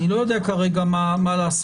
אני לא יודע כרגע מה לעשות,